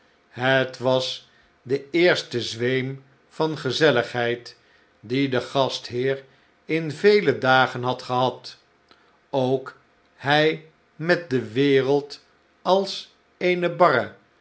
het was de eerste zweem van gezelligheid dien de gastheer in vele dagen had gehad ook hij met de wereld als eene barre